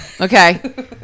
Okay